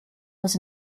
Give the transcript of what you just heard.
was